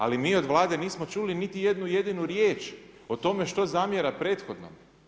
Ali, mi od Vlade nismo čuli niti jednu jedinu riječ, o tome što zamjera prethodnom.